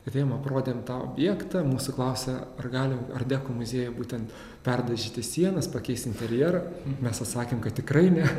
atėjom aprodėm tą objektą mūsų klausė ar gali art deko muziejuj būtent perdažyti sienas pakeist interjerą mes atsakėm kad tikrai ne